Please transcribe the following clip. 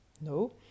No